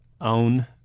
own